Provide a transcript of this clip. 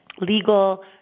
legal